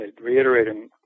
reiterating